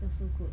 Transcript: so good